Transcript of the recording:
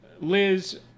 Liz